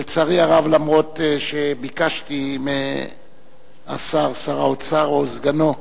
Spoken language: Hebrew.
לצערי הרב, אף שביקשתי מהשר, שר האוצר או סגנו,